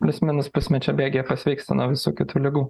plius minus pusmečio bėgyje pasveiksta nuo visų kitų ligų